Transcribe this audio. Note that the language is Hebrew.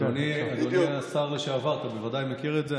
אדוני השר לשעבר, אתה בוודאי מכיר את זה.